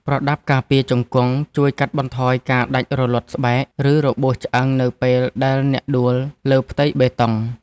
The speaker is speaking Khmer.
ប្រដាប់ការពារជង្គង់ ជួយកាត់បន្ថយការដាច់រលាត់ស្បែក ឬរបួសឆ្អឹងនៅពេលដែលអ្នកដួលលើផ្ទៃបេតុង។